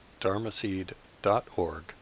dharmaseed.org